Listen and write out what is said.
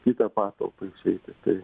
kitą patalpą išeiti tai